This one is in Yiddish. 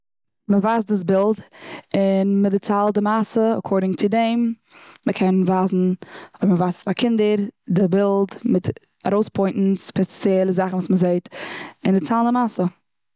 מ'ווייזט דאס בילד און מ'דערציילט די מעשה אקאורדינג צו דעם. מ'קען ווייזן, אויב מ'ווייזט עס פאר קינדער, די בילד, מיט און ארויס פוינטן ספעציעלע זאכן וואס מ'זעט. און דערציילן די מעשה.